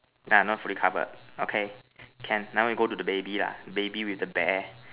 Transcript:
ah not fully covered okay can now we go to the baby lah the baby with the bear